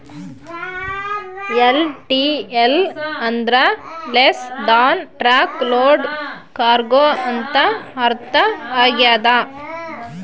LTL ಅಂದ್ರ less than truck load cargo ಅಂತ ಅರ್ಥ ಆಗ್ಯದ